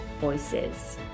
voices